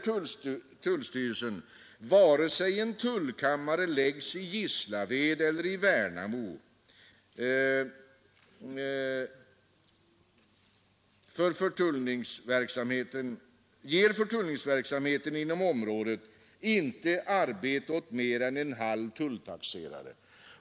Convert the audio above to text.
Tullstyrelsen säger att vare sig en tullkammare läggs i Gislaved eller i Värnamo ger förtullningsverksamheten inom området inte arbete åt mer än en halv tulltaxerare.